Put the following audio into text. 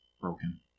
broken